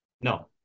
No